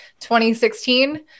2016